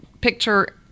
picture